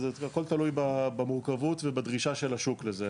הכול תלוי במורכבות ובדרישה של השוק לזה.